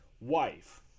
wife